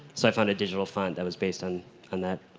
so i found a digital font that was based on and that.